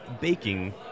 baking